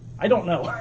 i don't know.